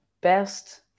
best